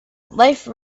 life